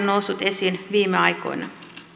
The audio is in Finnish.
noussut esiin viime aikoina